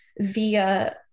via